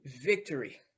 victory